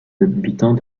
habitants